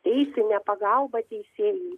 teisinė pagalba teisėjui